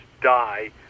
die